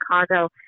Chicago